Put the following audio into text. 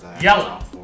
Yellow